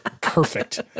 perfect